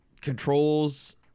controls